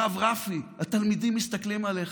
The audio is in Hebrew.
הרב רפי, התלמידים מסתכלים עליך,